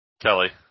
Kelly